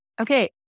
okay